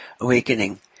awakening